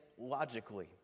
logically